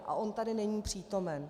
A on tady není přítomen.